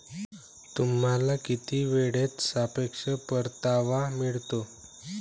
तुम्हाला किती वेळेत सापेक्ष परतावा मिळतो?